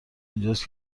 اینجاست